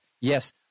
yes